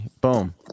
boom